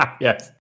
yes